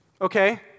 Okay